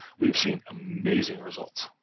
we've seen amazing results,